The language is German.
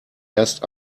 erst